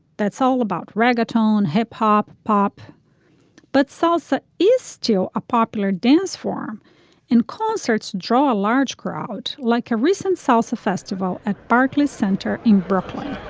that's all about reggaeton hip hop pop but salsa is still a popular dance form in concerts draw a large crowd like a recent salsa festival at barclays center in brooklyn